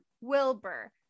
wilbur